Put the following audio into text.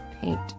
paint